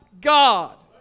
God